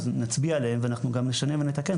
אז נצביע עליהם ואנחנו גם נשנה ונתקן,